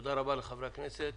תודה רבה לחברי הכנסת,